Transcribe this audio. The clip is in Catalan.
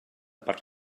per